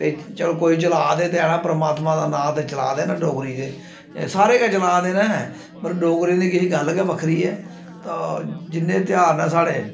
भई कोई चला दे ते हैन परमात्मा दा नांऽ ते चला दे न डोगरी दे सारे गै चला दे न पर डोगरें दी किश गल्ल गै बक्खरी ऐ तो जिन्ने त्यहार न साढ़े